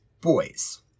boys